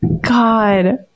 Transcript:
God